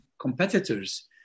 competitors